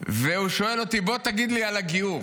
והוא שואל אותי: בוא תגיד לי על הגיור,